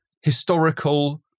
historical